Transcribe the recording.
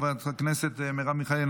חברת הכנסת מרב מיכאלי,